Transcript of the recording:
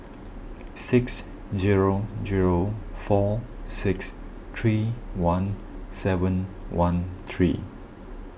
six zero zero four six three one seven one three